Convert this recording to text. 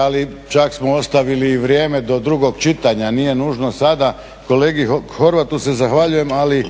ali čak smo ostavili i vrijeme do drugog čitanja. Nije nužno sada kolegi Horvatu se zahvaljujem, ali